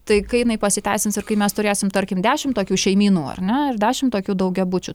tai kai jinai pasiteisins ir kai mes turėsim tarkim dešim tokių šeimynų ar ne ar dešim tokių daugiabučių